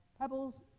pebbles